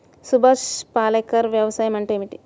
సుభాష్ పాలేకర్ వ్యవసాయం అంటే ఏమిటీ?